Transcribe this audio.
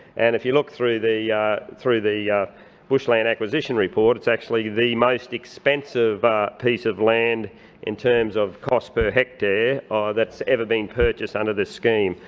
and if you look through the through the bushland acquisition report, it's actually the most expensive piece of land in terms of cost per hectare that's ever been purchased under this scheme.